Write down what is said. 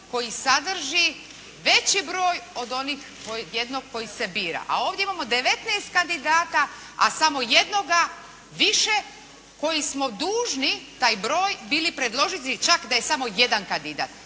koji sadrži veći broj od onih, jednog koji se bira. A ovdje imamo 19 kandidata, a samo jednoga više koji smo dužni taj broj bili predložiti čak da je samo jedan kandidat.